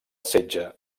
setge